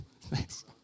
Thanks